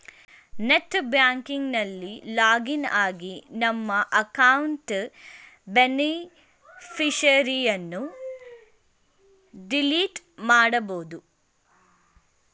net banking ನಲ್ಲಿ login ಆಗಿ ನಮ್ಮ ಅಕೌಂಟ್ ಬೇನಿಫಿಷರಿಯನ್ನು ಡಿಲೀಟ್ ಮಾಡಬೋದು